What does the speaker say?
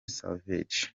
savage